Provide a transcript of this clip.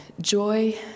joy